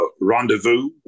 rendezvous